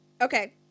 Okay